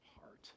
heart